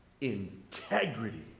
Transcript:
Integrity